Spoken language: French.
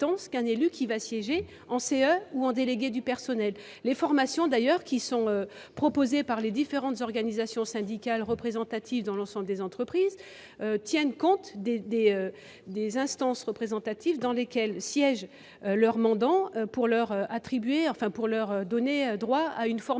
les formations proposées par les différentes organisations syndicales représentatives dans l'ensemble des entreprises tiennent compte des instances représentatives dans lesquelles siègent leurs mandants pour leur donner droit à une formation.